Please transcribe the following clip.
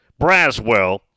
Braswell